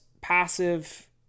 passive